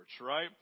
right